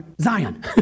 Zion